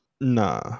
Nah